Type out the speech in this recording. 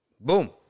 Boom